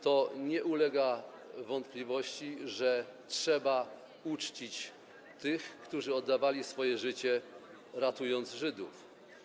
To nie ulega wątpliwości, że trzeba uczcić tych, którzy oddawali swoje życie, ratując Żydów.